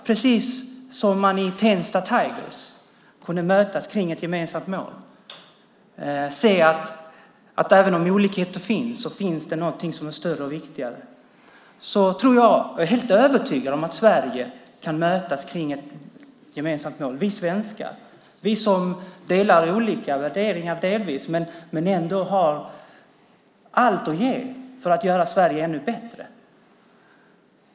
Precis som man i Tensta Tigers kunde mötas kring ett gemensamt mål och inse att det trots olikheter finns någonting som är större och viktigare är jag helt övertygad om att Sverige kan mötas kring ett gemensamt mål. Vi svenskar har delvis olika värderingar men har ändå allt att ge för att göra Sverige ännu bättre.